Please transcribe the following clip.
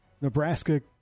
Nebraska